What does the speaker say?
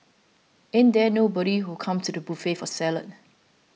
ain't there nobody who came to the buffet for salad